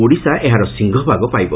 ଓଡ଼ିଶା ଏହାର ସିଂଘଭାଗ ପାଇବ